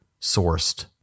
sourced